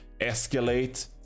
escalate